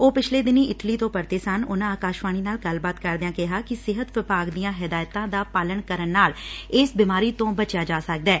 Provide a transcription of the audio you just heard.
ਉਹ ਪਿਛਲੇ ਦਿਨੀਂ ਇਟਲੀ ਤੋਂ ਪਰਤੇ ਸਨ ਉਨੂਾ ਆਕਾਸ਼ਵਾਣੀ ਨਾਲ ਗੱਲਬਾਤ ਕਰਦਿਆਂ ਕਿਹਾ ਕਿ ਸਿਹਤ ਵਿਭਾਗ ਦੀਆਂ ਹਿਦਾਇਤਾਂ ਦਾ ਪਾਲਣ ਕਰਨ ਨਾਲ ਇਸ ਬਿਮਾਰੀ ਤੋਂ ਬਚਿਆ ਜਾ ਸਕਦੈ